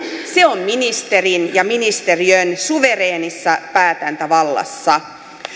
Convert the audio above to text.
se on ministerin ja ministeriön suvereenissa päätäntävallassa